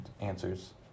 answers